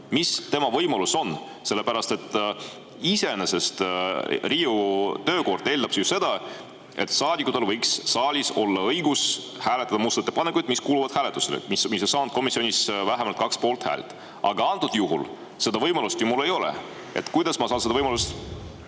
Mis tema võimalus on? Iseenesest Riigikogu töökord eeldab ju seda, et saadikutel võiks saalis olla õigus hääletada muudatusettepanekuid, mis kuuluvad hääletusele, mis on saanud komisjonis vähemalt kaks poolthäält. Aga antud juhul seda võimalust mul ei ole. Kuidas ma saan seda võimalust